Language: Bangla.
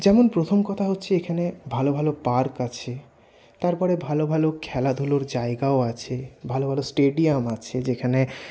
যেমন প্রথম কথা হচ্ছে এখানে ভালো ভালো পার্ক আছে তারপরে ভালো ভালো খেলাধুলোর জায়গাও আছে ভালো ভালো স্টেডিয়াম আছে যেখানে